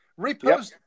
Repost